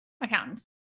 accountants